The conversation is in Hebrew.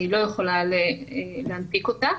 אני לא יכולה להנפיק אותה,